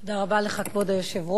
כבוד היושב-ראש,